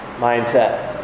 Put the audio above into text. mindset